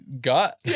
gut